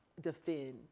defend